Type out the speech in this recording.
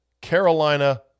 Carolina